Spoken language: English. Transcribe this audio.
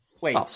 Wait